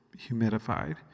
humidified